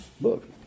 book